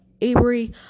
Avery